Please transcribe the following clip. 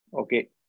Okay